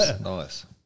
nice